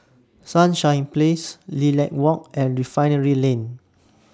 Sunshine Place Lilac Walk and Refinery Lane